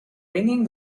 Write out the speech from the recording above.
ringing